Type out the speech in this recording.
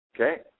Okay